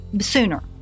sooner